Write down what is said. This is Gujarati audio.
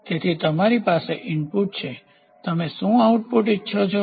તેથી તમારી પાસે ઇનપુટ છે તમે શું આઉટપુટ ઇચ્છો છો